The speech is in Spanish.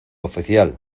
oficial